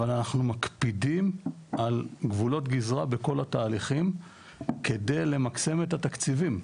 אבל אנחנו מקפידים על גבולות גזרה בכל התהליכים כדי למקסם את התקציבים,